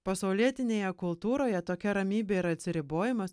pasaulietinėje kultūroje tokia ramybė ir atsiribojimas